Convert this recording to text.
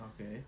Okay